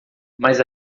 mas